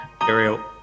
Ariel